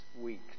week